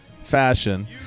fashion